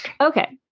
Okay